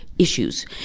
Issues